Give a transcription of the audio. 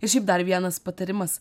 ir šiaip dar vienas patarimas